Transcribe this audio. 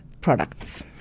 products